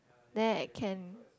then I can